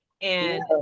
And-